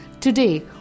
Today